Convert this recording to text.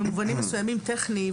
במובנים מסוימים,